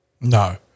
No